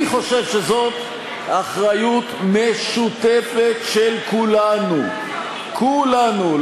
אני חושב שזאת אחריות משותפת של כולנו, כולנו.